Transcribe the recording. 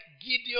Gideon